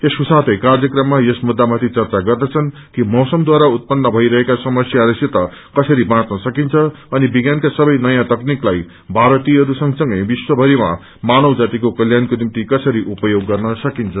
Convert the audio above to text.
यसको साथै कार्यक्रममा यस मुद्दामाथि चर्चा गर्दछन् कि मौसमद्वारा उत्पन्न भइरहेका समस्याहरूसित कसरी बाच्नँ सकिन्छ अनि विज्ञानका सबै नयाँ तकनीकलाई भारतीयहरू संगसंगै विश्वभरिमा माव जातिको कल्याणको निम्ति कसरी उपयोग गर्न सकिन्छ